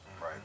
Right